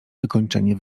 wykończenie